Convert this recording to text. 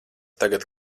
tagad